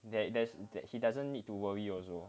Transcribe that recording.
there's there's that he doesn't need to worry also